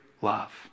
love